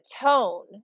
tone